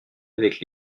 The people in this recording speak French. avec